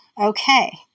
okay